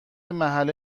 محله